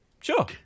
sure